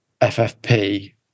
FFP